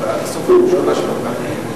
אדוני,